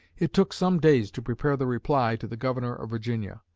it took some days to prepare the reply to the governor of virginia.